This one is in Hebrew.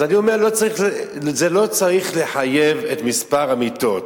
אז אני אומר: לא צריך לחייב את מספר המיטות.